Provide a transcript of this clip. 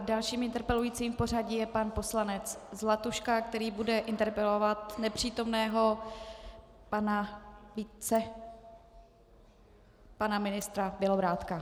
Dalším interpelujícím v pořadí je pan poslanec Zlatuška, který bude interpelovat nepřítomného pana ministra Bělobrádka.